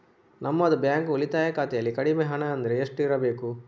ನಮ್ಮದು ಬ್ಯಾಂಕ್ ಉಳಿತಾಯ ಖಾತೆಯಲ್ಲಿ ಕಡಿಮೆ ಹಣ ಅಂದ್ರೆ ಎಷ್ಟು ಇರಬೇಕು?